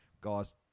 Guys